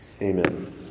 Amen